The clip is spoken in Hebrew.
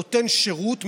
נותן שירות,